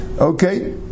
Okay